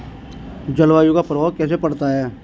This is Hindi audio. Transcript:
जलवायु का प्रभाव कैसे पड़ता है?